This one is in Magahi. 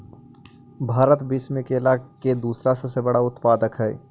भारत विश्व में केला के दूसरा सबसे बड़ा उत्पादक हई